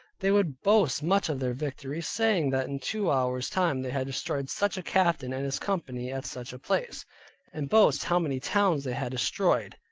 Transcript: they would boast much of their victories saying that in two hours time they had destroyed such a captain and his company at such a place and boast how many towns they had destroyed,